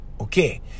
okay